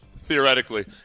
theoretically